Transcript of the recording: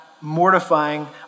mortifying